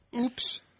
Oops